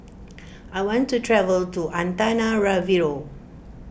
I want to travel to Antananarivo